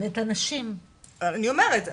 אני אומרת,